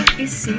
is